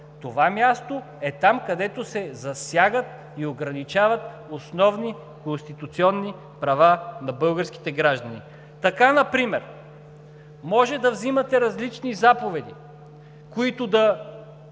това място е там, където се засягат и ограничават основни конституционни права на българските граждани. Така например можете да взимате различни заповеди, които в